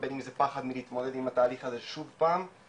בין אם זה פחד מלהתמודד עם התהליך הזה שוב פעם,